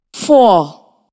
Four